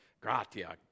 gratia